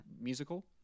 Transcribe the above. musical